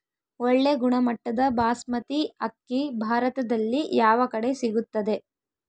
ಒಳ್ಳೆ ಗುಣಮಟ್ಟದ ಬಾಸ್ಮತಿ ಅಕ್ಕಿ ಭಾರತದಲ್ಲಿ ಯಾವ ಕಡೆ ಸಿಗುತ್ತದೆ?